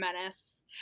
Menace